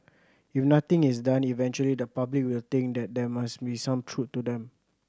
if nothing is done eventually the public will think that there must be some truth to them